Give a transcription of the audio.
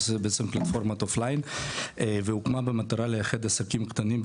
זה בעצם פלטפורמת אוף ליין והוקמה במטרה לאחד עסקים קטנים,